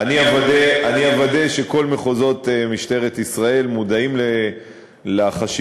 אני אוודא שכל מחוזות משטרת ישראל מודעים לחשיבות